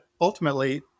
ultimately